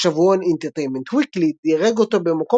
השבועון "Entertainment Weekly" דירג אותו במקום